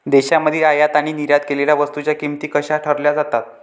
देशांमधील आयात आणि निर्यात केलेल्या वस्तूंच्या किमती कशा ठरवल्या जातात?